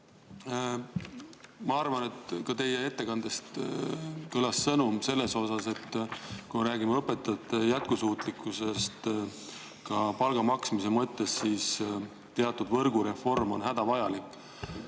Ma arvan, et ka teie ettekandes kõlas sõnum, et kui me räägime õpetajate jätkusuutlikkusest ka palga maksmise mõttes, siis teatud võrgureform on hädavajalik.